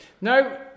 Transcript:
no